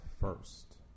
first